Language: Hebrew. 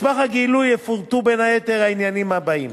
במסמך הגילוי יפורטו בין היתר העניינים הבאים: